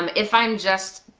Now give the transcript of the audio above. um if i'm just